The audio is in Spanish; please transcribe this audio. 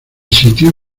sitio